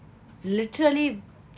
literally